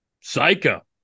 Psycho